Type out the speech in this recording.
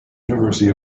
university